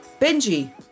Benji